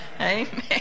Amen